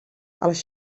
els